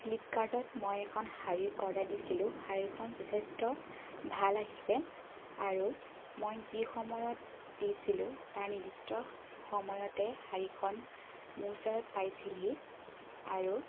ফ্লিপকাৰ্টত মই এখন শাৰী অৰ্ডাৰ দিছিলোঁ শাৰীখন যথেষ্ট ভাল আহিছে আৰু মই যি সময়ত দিছিলোঁ তাৰ নিদিষ্ট সময়তে শাৰীখন মোৰ ওচৰত পাইছিলেহি আৰু